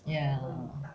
ya